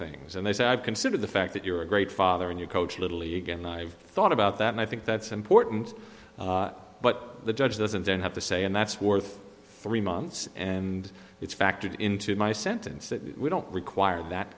things and they say i've considered the fact that you're a great father and you coach little league and i thought about that and i think that's important but the judge doesn't have to say and that's worth three months and it's factored into my sentence that we don't require that